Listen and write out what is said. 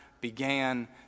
began